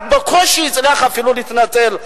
רק בקושי הצליח אפילו להתנצל.